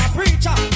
Preacher